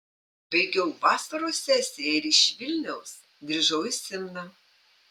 baigiau vasaros sesiją ir iš vilniaus grįžau į simną